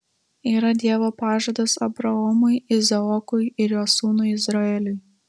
yra dievo pažadas abraomui izaokui ir jo sūnui izraeliui